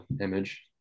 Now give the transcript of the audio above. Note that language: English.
image